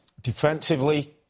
defensively